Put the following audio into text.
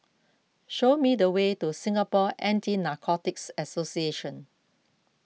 show me the way to Singapore Anti Narcotics Association